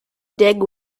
dig